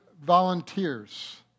volunteers